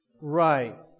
right